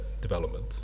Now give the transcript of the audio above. development